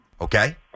Okay